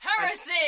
Heresy